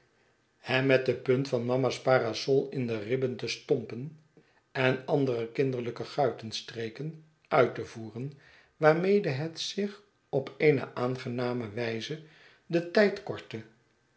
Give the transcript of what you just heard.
hem met de punt van mama's parasol in ae ribben te stompen en andere kinderlijke guitenstreken uit te voeren waarmede het zich op eene aangename wijze den tijd kortte